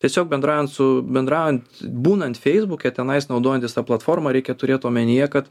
tiesiog bendraujant su bendraujant būnant feisbuke tenais naudojantis tą platformą reikia turėt omenyje kad